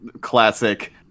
classic